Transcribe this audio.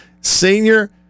Senior